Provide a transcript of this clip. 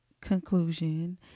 conclusion